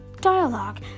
dialogue